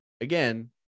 again